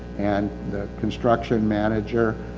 and the construction manager.